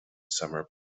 summer